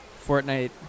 Fortnite